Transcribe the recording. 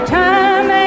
time